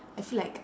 I feel like